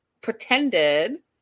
pretended